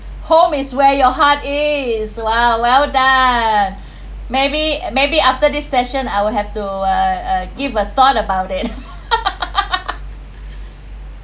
home is where your heart is !wow! well done maybe maybe after this question I will have to uh uh give a thought about it